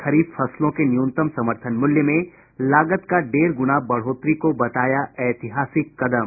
खरीफ फसलों के न्यूनतम समर्थन मूल्य में लागत का डेढ़ गुना बढ़ोत्तरी को बताया ऐतिहासिक कदम